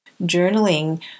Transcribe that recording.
journaling